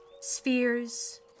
Spheres